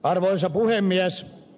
arvoisa puhemies